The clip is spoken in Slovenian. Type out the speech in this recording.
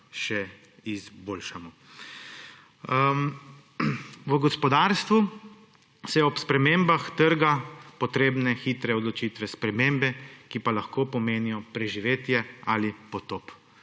še izboljšamo. V gospodarstvu so ob spremembah trga potrebne hitre odločitve in spremembe, ki pa lahko pomenijo preživetje ali potop